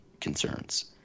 concerns –